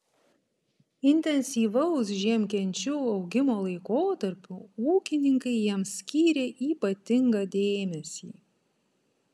intensyvaus žiemkenčių augimo laikotarpiu ūkininkai jiems skyrė ypatingą dėmesį